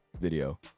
video